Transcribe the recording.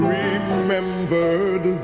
remembered